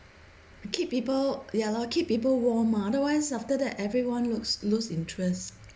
keep people ya lor keep people warm mah otherwise after that everyone lose lose interest